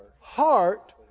Heart